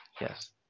Yes